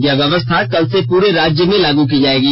यह व्यवस्था कल से पूरे राज्य में लागू की जाएगी